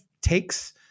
takes